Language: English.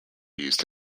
used